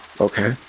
Okay